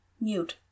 mute